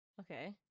Okay